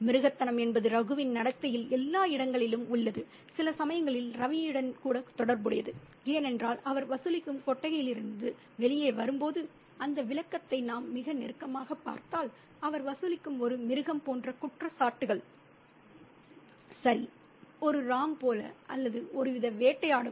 மிருகத்தனம் என்பது ராகுவின் நடத்தையில் எல்லா இடங்களிலும் உள்ளது சில சமயங்களில் ரவியுடன் கூட தொடர்புடையது ஏனென்றால் அவர் வசூலிக்கும் கொட்டகையிலிருந்து வெளியே வரும்போது அந்த விளக்கத்தை நாம் மிக நெருக்கமாகப் பார்த்தால் அவர் வசூலிக்கும் ஒரு மிருகம் போன்ற குற்றச்சாட்டுகள் சரி ஒரு ராம் போல அல்லது ஒருவித வேட்டையாடும்